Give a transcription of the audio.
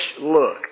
look